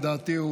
לדעתי,